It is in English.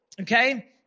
Okay